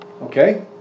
Okay